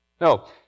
No